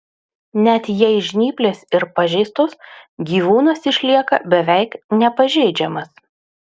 net jei žnyplės ir pažeistos gyvūnas išlieka beveik nepažeidžiamas